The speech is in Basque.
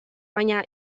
baina